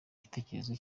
igitekerezo